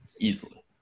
easily